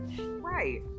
Right